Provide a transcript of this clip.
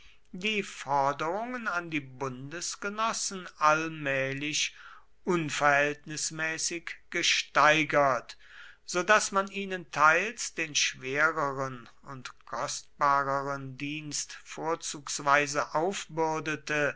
die forderungen an die bundesgenossen allmählich unverhältnismäßig gesteigert so daß man ihnen teils den schwereren und kostbareren dienst vorzugsweise